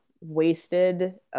wasted